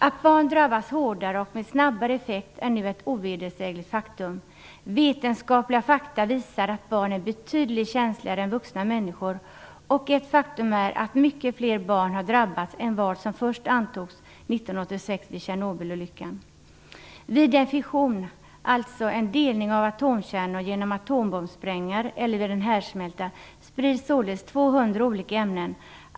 Att barn drabbas hårdare och med snabbare effekt är nu ett ovedersägligt faktum. Vetenskapliga fakta visar att barn är betydligt känsligare än vuxna människor, och långt fler barn har drabbats än vad som först antogs 1986 vid Tjernobylolyckan. Vid en fission, en delning av atomkärnor genom atombombssprängningar eller vid en härdsmälta, sprids således 200 olika ämnen.